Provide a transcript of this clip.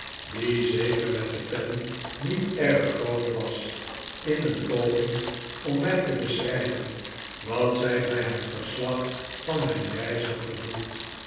die zeker met de pen niet erg groot was in een poging om mij te beschrijven wat zij bij het verslag van mijn reis had gevoeld